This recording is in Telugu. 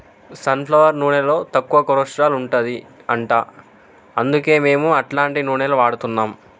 సన్ ఫ్లవర్ నూనెలో తక్కువ కొలస్ట్రాల్ ఉంటది అంట అందుకే మేము అట్లాంటి నూనెలు వాడుతున్నాం